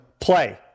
play